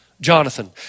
Jonathan